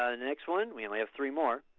next one. we and have three more.